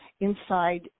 inside